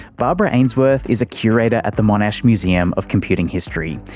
barbara ainsworth is a curator at the monash museum of computing history,